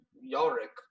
Yorick